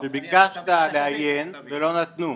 שביקשת לעיין ולא נתנו?